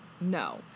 No